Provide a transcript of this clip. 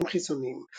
קישורים חיצוניים